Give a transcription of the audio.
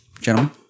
gentlemen